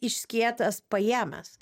išskėtęs paėmęs